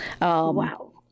Wow